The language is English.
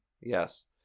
yes